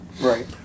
Right